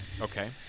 Okay